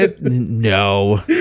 no